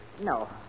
No